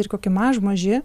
ir kokį mažmožį